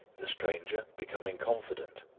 the stranger, becoming confident,